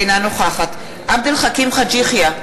אינה נוכחת עבד אל חכים חאג' יחיא,